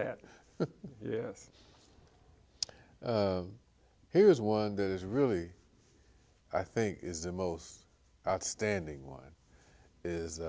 at yes here's one that is really i think is the most outstanding one is